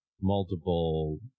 multiple